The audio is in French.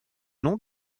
non